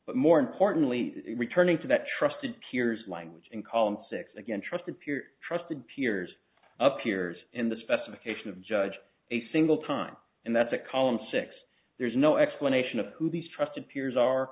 but more importantly returning to that trusted peers language in column six again trusted pure trusted peers appears in the specification of judge a single time and that's a column six there's no explanation of who these trusted peers are